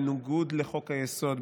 בניגוד לחוק-היסוד,